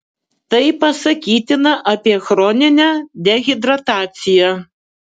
tai pasakytina apie chroninę dehidrataciją